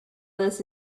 this